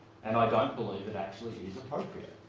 and i don't believe it actually is appropriate.